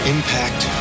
Impact